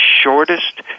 shortest